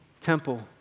temple